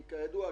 כידוע,